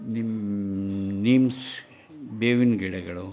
ನಿಮ್ಮ ನೀಮ್ಸ್ ಬೇವಿನ ಗಿಡಗಳು